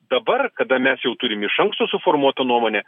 dabar kada mes jau turim iš anksto suformuotą nuomonę